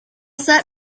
set